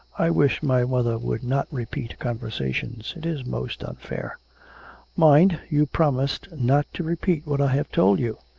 i wish my mother would not repeat conversations it is most unfair mind, you promised not to repeat what i have told you.